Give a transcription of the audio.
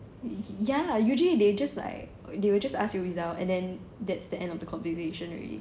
ya usually they just like they will just ask your result and then that's the end of the conversation already